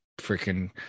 freaking